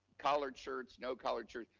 collared shirts, no collared shirts,